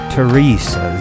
Teresa